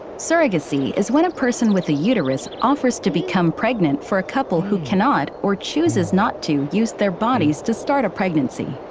surrogacy is when a person with a uterus offers to become pregnant for a couple who cannot or chooses not to use their bodies to start a pregnancy.